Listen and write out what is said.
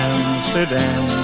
Amsterdam